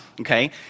Okay